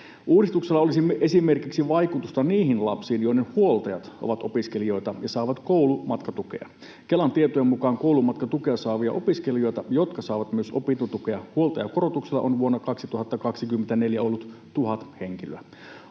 Uudistuksella olisi esimerkiksi vaikutusta niihin lapsiin, joiden huoltajat ovat opiskelijoita ja saavat koulumatkatukea. Kelan tietojen mukaan koulumatkatukea saavia opiskelijoita, jotka saavat myös opintotukea huoltajakorotuksella, on vuonna 2024 ollut 1 000 henkilöä.